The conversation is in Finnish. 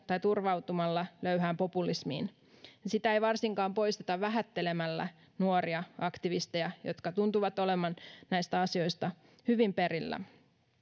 tai turvautumalla löyhään populismiin sitä ei varsinkaan poisteta vähättelemällä nuoria aktivisteja jotka tuntuvat olevan näistä asioista hyvin perillä